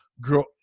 girl